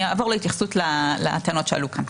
אני אעבור להתייחסות לטענות שעלו כאן.